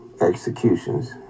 executions